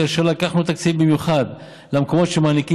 כאשר לקחנו תקציבים במיוחד למקומות שמעניקים